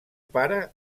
pare